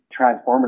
transformative